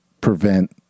prevent